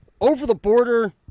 over-the-border